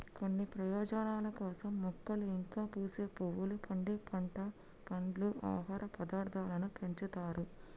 కొన్ని ప్రయోజనాల కోసం మొక్కలు ఇంకా పూసే పువ్వులు, పండే పంట, పండ్లు, ఆహార పదార్థాలను పెంచుతారు